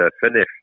finish